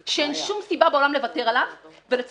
הכנסת שהואילו בטובם להגיע, וכל